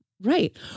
right